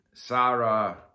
sarah